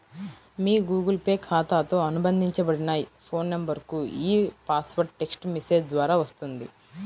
మీ Google Pay ఖాతాతో అనుబంధించబడిన phone నంబర్కు ఈ పాస్వర్డ్ టెక్ట్స్ మెసేజ్ ద్వారా వస్తుంది